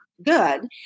good